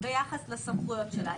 ביחס לסמכויות שלה.